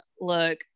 Look